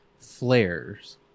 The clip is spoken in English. flares